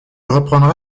reprendra